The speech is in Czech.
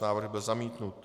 Návrh byl zamítnut.